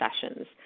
sessions